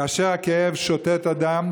כאשר הכאב שותת דם,